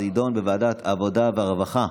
זה יידון בוועדת העבודה והרווחה.